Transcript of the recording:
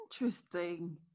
Interesting